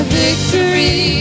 victory